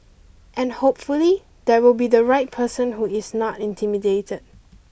and hopefully there will be the right person who is not intimidated